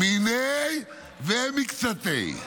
לא מיניה ולא מקצתיה.